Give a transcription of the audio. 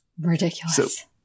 Ridiculous